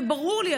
וברור לי,